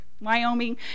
Wyoming